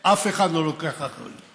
אף אחד לא לוקח אחריות.